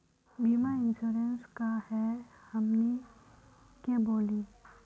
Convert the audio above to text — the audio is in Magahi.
बीमा इंश्योरेंस का है हमनी के बोली?